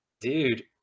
Dude